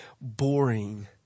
boring